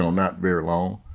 um not very long.